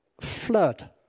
flood